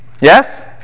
yes